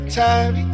time